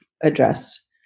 address